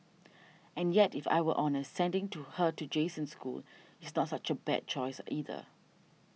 and yet if I were honest sending her to Jason's school is not such a bad choice either